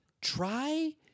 try